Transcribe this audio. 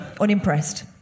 Unimpressed